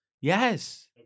Yes